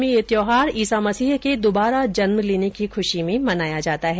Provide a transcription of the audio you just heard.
दुनिया भर में यह त्योहार ईसा मसीह के दुबारा जन्म लेने की खुशी में मनाया जाता है